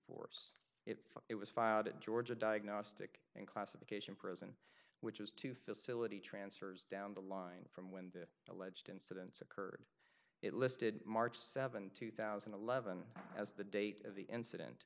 force if it was filed at georgia diagnostic and classification prison which is to facility transfers down the line from the alleged incidents occurred it listed march seventh two thousand and eleven as the date of the incident